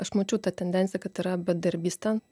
aš mačiau tą tendenciją kad yra bedarbystė